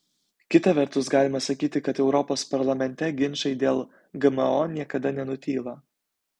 kita vertus galima sakyti kad europos parlamente ginčai dėl gmo niekada nenutyla